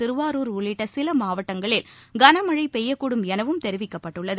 திருவாரூர் உள்ளிட்ட சில மாவட்டங்களில் கன மழை பெய்யக்கூடும் எனவும் தெரிவிக்கப்பட்டுள்ளது